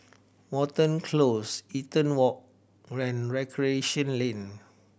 Watten Close Eaton Walk and Recreation Lane